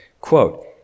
quote